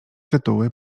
tytuły